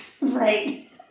Right